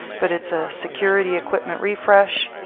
but it's a security equipment refresh,